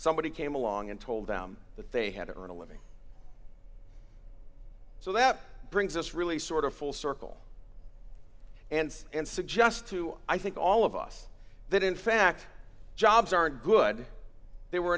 somebody came along and told them that they had to earn a living so that brings us really sort of full circle and and suggest to us i think all of us that in fact jobs aren't good they were